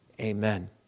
Amen